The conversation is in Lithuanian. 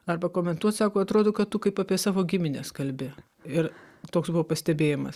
arba komentuot sako atrodo kad tu kaip apie savo gimines kalbi ir toks pastebėjimas